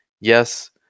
Yes